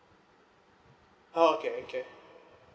oh okay okay